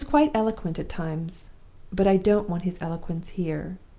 he was quite eloquent at times but i don't want his eloquence here.